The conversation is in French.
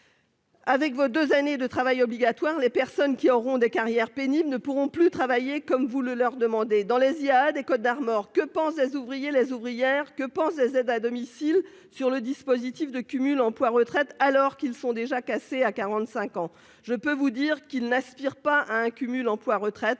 Avec vos deux années de travail obligatoire, les personnes qui auront des carrières pénibles ne pourront plus travailler comme vous le leur demandez. Par exemple, dans les Côtes-d'Armor, mon département, que peuvent bien penser les ouvriers, les ouvrières, les aides à domicile sur le dispositif de cumul emploi-retraite, alors qu'ils sont déjà cassés à 45 ans ? Je puis vous dire qu'ils n'aspirent pas à ce cumul. Ils attendaient